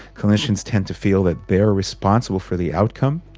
clinicians tend to feel that they are responsible for the outcome,